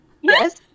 yes